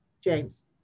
James